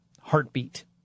heartbeat